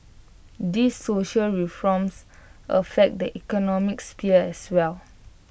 these social reforms affect the economic sphere as well